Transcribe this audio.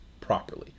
properly